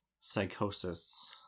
psychosis